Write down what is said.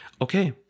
Okay